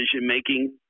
decision-making